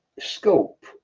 Scope